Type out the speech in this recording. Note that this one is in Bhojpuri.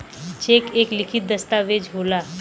चेक एक लिखित दस्तावेज होला